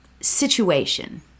situation